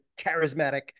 charismatic